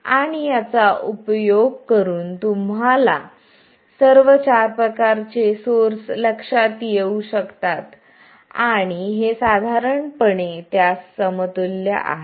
आणि याचा उपयोग करून तुम्हाला सर्व चार प्रकारचे सोर्स लक्षात येऊ शकतात आणि हे साधारणपणे त्यास समतुल्य आहे